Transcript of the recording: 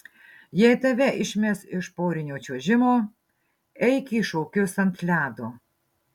jei tave išmes iš porinio čiuožimo eik į šokius ant ledo